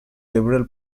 liberal